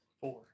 Four